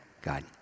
God